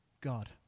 God